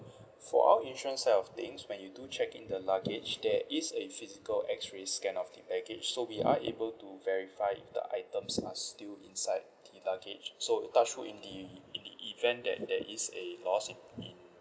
for all insurance safety when you do check in the luggage there is a physical X-rays scan of the package so we are able to verify the items are still inside the luggage so touch wood in the in the event there there is a lost in in